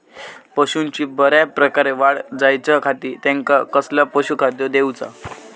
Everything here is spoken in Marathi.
पशूंची बऱ्या प्रकारे वाढ जायच्या खाती त्यांका कसला पशुखाद्य दिऊचा?